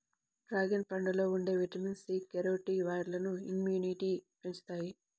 dragon పండులో ఉండే vitamin C, కెరోటినాయిడ్లు ఇమ్యునిటీని పెంచుతాయి